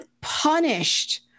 punished